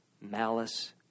malice